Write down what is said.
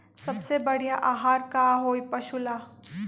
सबसे बढ़िया आहार का होई पशु ला?